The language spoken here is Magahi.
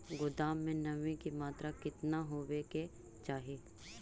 गोदाम मे नमी की मात्रा कितना होबे के चाही?